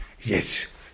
yes